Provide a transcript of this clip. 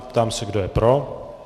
Ptám se, kdo je pro.